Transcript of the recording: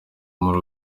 muri